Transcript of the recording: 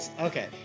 okay